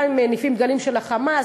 גם אם מניפים דגלים של ה"חמאס",